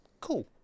cool